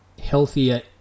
healthier